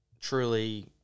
truly